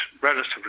relatively